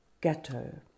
ghetto